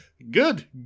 Good